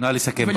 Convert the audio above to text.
נא לסכם, בבקשה.